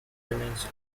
remains